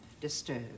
disturbed